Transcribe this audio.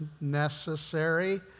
necessary